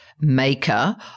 maker